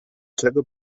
czego